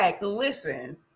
listen